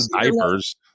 diapers